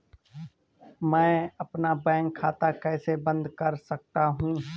मैं अपना बैंक खाता कैसे बंद कर सकता हूँ?